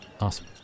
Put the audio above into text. Awesome